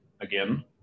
again